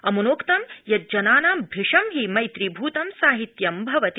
अम्नोक्तं यत् जनानां भूशं हि मैत्रीभूतं साहित्यं भवति